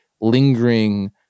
lingering